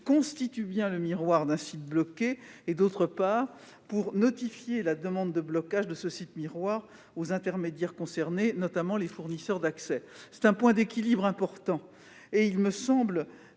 constitue bien le miroir d'un site bloqué, d'autre part, de notifier la demande de blocage de ce site miroir aux intermédiaires concernés, notamment les fournisseurs d'accès. C'est un point d'équilibre important et il me semble